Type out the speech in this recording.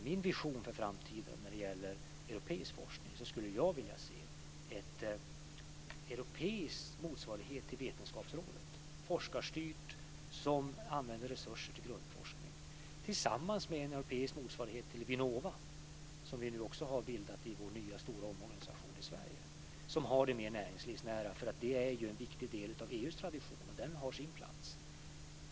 Min vision för framtiden när det gäller europeisk forskning är en europeisk motsvarighet till Vetenskapsrådet, som är forskarstyrt och använder resurser till grundforskning, tillsammans med en europeisk motsvarighet till Vinova, som vi nu också har bildat i vår nya stora omorganisation i Sverige. Vinova sysslar med det mer näringslivsnära, som ju är en viktig del av EU:s tradition, och den har sin plats.